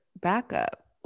backup